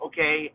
Okay